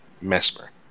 Mesmer